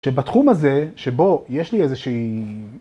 שבתחום הזה שבו יש לי איזה שהיא...